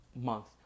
month